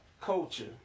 culture